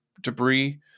debris